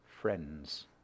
friends